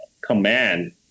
command